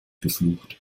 geflucht